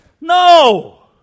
No